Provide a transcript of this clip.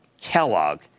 Kellogg